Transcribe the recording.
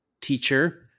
teacher